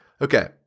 Okay